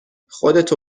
خودتو